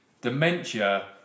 Dementia